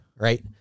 Right